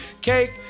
cake